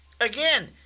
again